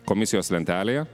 komisijos lentelėje